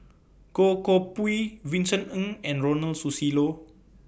Goh Koh Pui Vincent Ng and Ronald Susilo